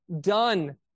done